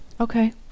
Okay